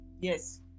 Yes